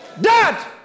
Dad